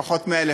פחות 100,000,